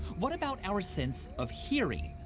what about our sense of hearing?